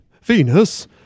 venus